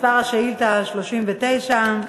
מספר השאילתה הוא 39,